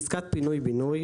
עסקת פינוי-בינוי,